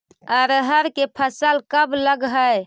अरहर के फसल कब लग है?